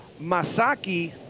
Masaki